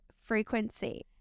frequency